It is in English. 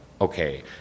okay